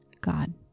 God